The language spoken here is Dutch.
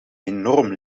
enorm